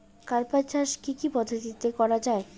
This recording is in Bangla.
কার্পাস চাষ কী কী পদ্ধতিতে করা য়ায়?